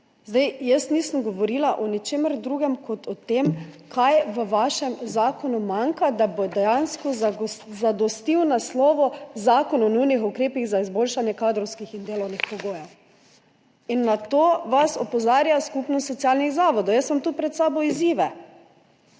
Jaz nisem govorila o ničemer drugem kot o tem, kaj v vašem zakonu manjka, da bo dejansko zadostil naslovu zakon o nujnih ukrepih za izboljšanje kadrovskih in delovnih pogojev in na to vas opozarja Skupnost socialnih zavodov. Jaz imam tu pred sabo odzive: